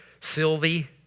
Sylvie